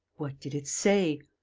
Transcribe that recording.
what did it say?